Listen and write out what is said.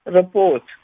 report